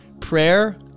Prayer